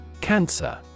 Cancer